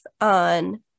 on